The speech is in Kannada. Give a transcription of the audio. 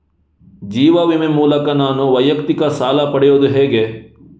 ಜೀವ ವಿಮೆ ಮೂಲಕ ನಾನು ವೈಯಕ್ತಿಕ ಸಾಲ ಪಡೆಯುದು ಹೇಗೆ?